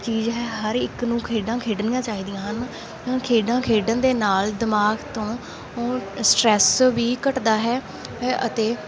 ਚੀਜ਼ ਹੈ ਹਰ ਇੱਕ ਨੂੰ ਖੇਡਾਂ ਖੇਡਣੀਆਂ ਚਾਹੀਦੀਆਂ ਹਨ ਖੇਡਾਂ ਖੇਡਣ ਦੇ ਨਾਲ ਦਿਮਾਗ ਤੋਂ ਸਟਰੈੱਸ ਵੀ ਘੱਟਦਾ ਹੈ ਅਤੇ